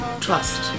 trust